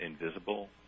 invisible